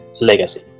legacy